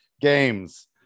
games